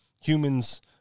humans